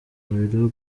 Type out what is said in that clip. biro